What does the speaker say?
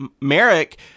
merrick